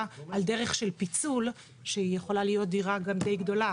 על דרך של פיצול שהיא יכולה להיות גם דירה דיי גדולה.